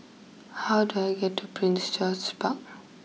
how do I get to Prince George's Park